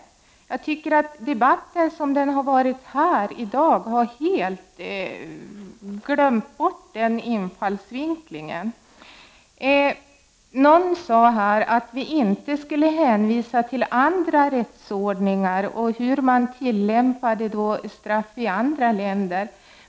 Jag tycker att debatten sådan den har varit i dag helt har glömt bort den infallsvinkeln. Någon sade här att vi inte skulle hänvisa till andra rättsordningar och hur man tillämpar straff i andra länder.